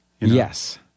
Yes